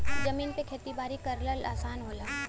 जमीन पे खेती बारी करल आसान होला